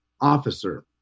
officer